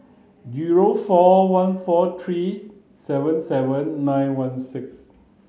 zero four one four three seven seven nine one six